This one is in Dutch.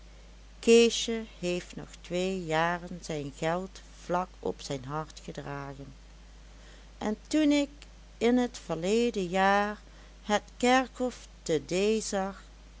keesje heeft nog twee jaren zijn geld vlak op zijn hart gedragen en toen ik in t verleden jaar het kerhof te d